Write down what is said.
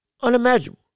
unimaginable